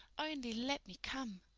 only let me come.